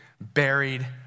buried